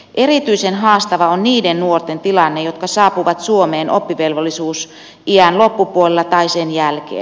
erityisen haastava on niiden nuorten tilanne jotka saapuvat suomeen oppivelvollisuusiän loppupuolella tai sen jälkeen